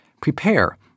prepare